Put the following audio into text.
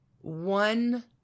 One